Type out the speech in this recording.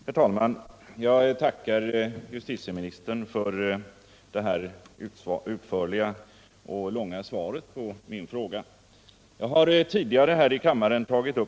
Herr talman! Jag tackar justitieministern för det utförliga och långa svaret på min fråga.